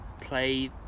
play